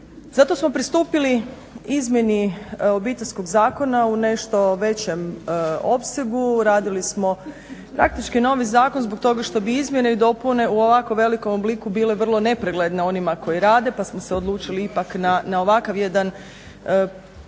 Zato smo pristupili izmjeni Obiteljskog zakona u nešto većem opsegu, radili smo praktički novi zakon zbog toga što bi izmjene i dopune u ovako velikom obliku bile vrlo nepregledne onima koji rade pa smo se odlučili ipak na ovakav jedan rekla